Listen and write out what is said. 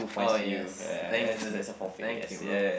oh yes thanks thank you bro